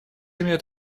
имеют